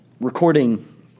recording